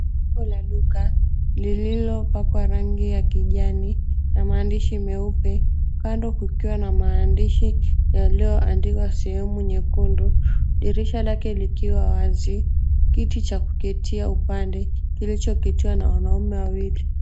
Jengo la duka lililopakwa rangi ya kijani na maandishi meupe kando kukiwa na maandishi yaliyoandikwa sehemu nyekundu, dirisha lake likiwa wazi, kiti cha kuketia upande kilichoketiwa na wanaume wawili.